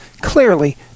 clearly